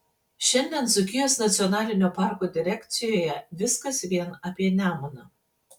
šiandien dzūkijos nacionalinio parko direkcijoje viskas vien apie nemuną